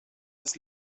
das